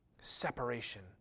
Separation